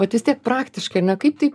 vat vis tiek praktiškai na kaip tai